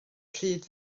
pryd